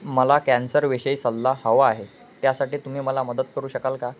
मला कॅन्सरविषयी सल्ला हवा आहे त्यासाठी तुम्ही मला मदत करू शकाल का